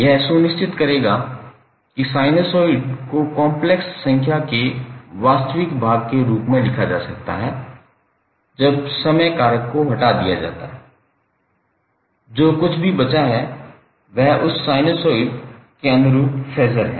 यह सुनिश्चित करेगा कि साइनसॉइड को कॉम्प्लेक्स संख्या के वास्तविक भाग के रूप में लिखा जा सकता है जब समय कारक को हटा दिया जाता है जो कुछ भी बचा है वह उस साइनसॉइड के अनुरूप फेज़र है